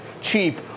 cheap